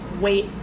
wait